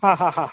ಹಾಂ ಹಾಂ ಹಾಂ